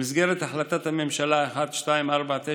במסגרת החלטת הממשלה 1249,